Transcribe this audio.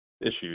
issues